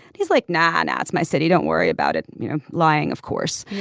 he's like not and at my city don't worry about it you know lying of course.